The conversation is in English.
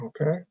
Okay